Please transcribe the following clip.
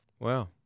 Wow